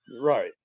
right